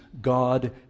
God